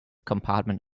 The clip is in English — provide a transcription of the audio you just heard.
compartment